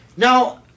Now